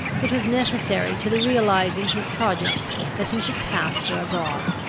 it was necessary to the realising his project, that he should pass for a god.